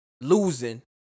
Losing